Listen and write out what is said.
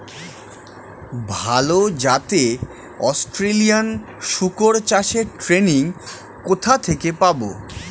ভালো জাতে অস্ট্রেলিয়ান শুকর চাষের ট্রেনিং কোথা থেকে পাব?